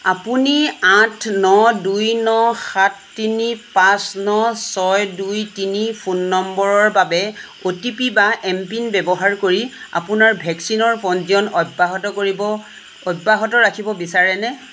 আপুনি আঠ ন দুই ন সাত তিনি পাঁচ ন ছয় দুই তিনি ফোন নম্বৰৰ বাবে অ' টি পি বা এম পিন ব্যৱহাৰ কৰি আপোনাৰ ভেকচিনৰ পঞ্জীয়ন অব্যাহত কৰিব অব্যাহত ৰাখিব বিচাৰেনে